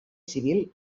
civil